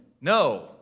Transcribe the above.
No